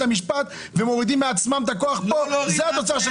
המשפט ומורידים מעצמם את הכוח פה זה התוצאה.